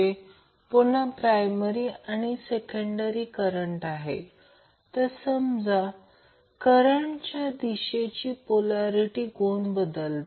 तर हा प्रॉब्लेम आहे हे सर्किट आहे आणि आपल्याला जे शोधायचे आहे ते सर्व येथेच दिले आहे